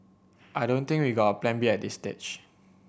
I don't think we've got a Plan B at this stage